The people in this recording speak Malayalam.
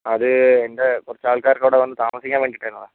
അത് എൻ്റെ കുറച്ച് ആൾക്കാർക്ക് അവിടെ വന്ന് താമസിക്കാൻ വേണ്ടിയിട്ടായിരുന്നു എടാ